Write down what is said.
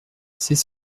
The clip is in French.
ces